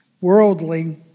worldly